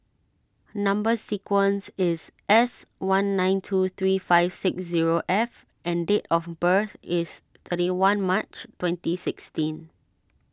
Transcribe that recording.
Number Sequence is S one nine two three five six zero F and date of birth is thirty one March twenty sixteen